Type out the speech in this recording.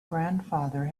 grandfather